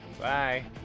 Bye